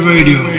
Radio